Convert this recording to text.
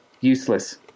useless